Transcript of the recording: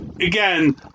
again